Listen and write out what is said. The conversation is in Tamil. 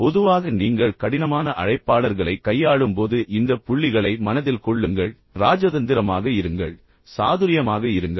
இப்போது பொதுவாக நீங்கள் கடினமான அழைப்பாளர்களைக் கையாளும்போது இந்த புள்ளிகளை மனதில் கொள்ளுங்கள் இராஜதந்திரமாக இருங்கள் சாதுரியமாக இருங்கள்